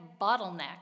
bottleneck